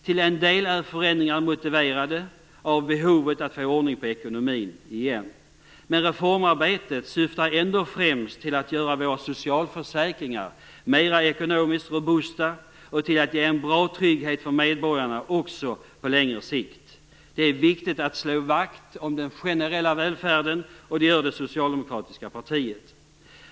Till en del är förändringarna motiverade av behovet att få ordning på ekonomin igen. Men reformarbetet syftar ändå främst till att göra våra socialförsäkringar mer ekonomiskt robusta och till att ge en bra trygghet för medborgarna också på längre sikt. Det är viktigt att slå vakt om den generella välfärden, och det gör det socialdemokratiska partiet.